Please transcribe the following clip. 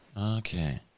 Okay